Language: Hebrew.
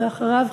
ואחריו,